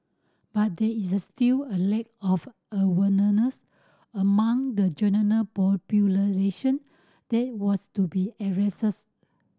but there is a still a lack of awareness among the general popularization that was to be addressed